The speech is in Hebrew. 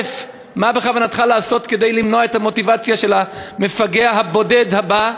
מה בכוונתך לעשות כדי למנוע את המוטיבציה של המפגע הבודד הבא?